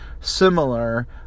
similar